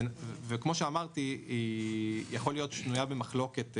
וכמו שאמרתי, יכול להיות שהיא שנויה במחלוקת,